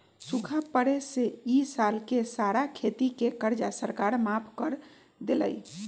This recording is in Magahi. सूखा पड़े से ई साल के सारा खेती के कर्जा सरकार माफ कर देलई